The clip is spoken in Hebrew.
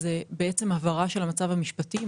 הוא הבהרה של המצב המשפטי,